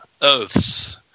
oaths